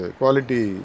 quality